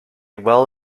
well